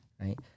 Right